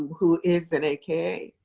who is an aka.